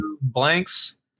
blanks